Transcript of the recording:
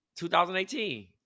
2018